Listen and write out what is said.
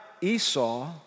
Esau